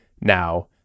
now